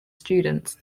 students